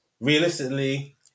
Realistically